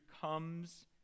comes